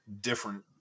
different